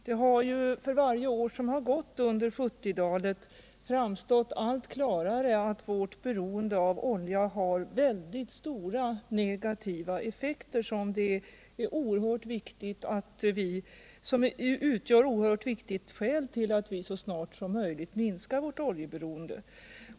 Det har för varje år som gått under 1970-talet framstått allt klarare att vårt beroende av olja har stora negativa effekter, som utgör ett oerhört viktigt skäl till att vi så snart som möjligt minskar vårt oljeberoende.